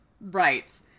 Right